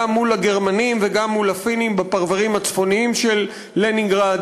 גם מול הגרמנים וגם מול הפינים בפרברים הצפוניים של לנינגרד.